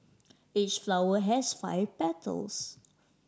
each flower has five petals